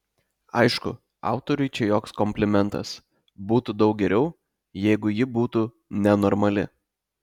aišku autoriui čia joks komplimentas būtų daug geriau jeigu ji būtų nenormali